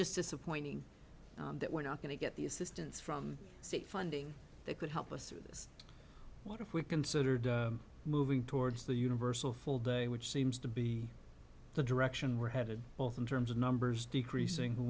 just disappointing that we're not going to get the assistance from state funding that could help us through this what if we considered moving towards the universal full day which seems to be the direction we're headed both in terms of numbers decreasing w